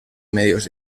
medios